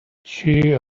she